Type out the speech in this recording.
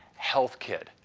healthkit.